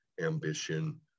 ambition